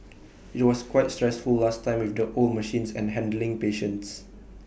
IT was quite stressful last time with the old machines and handling patients